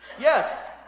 yes